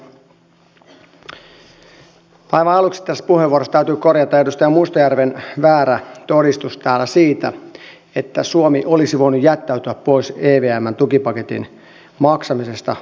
aivan aluksi tässä puheenvuorossa täytyy korjata edustaja mustajärven väärä todistus täällä siitä että suomi olisi voinut jättäytyä pois evmn tukipaketin maksamisesta yksinään